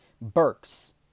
Burks